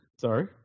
sorry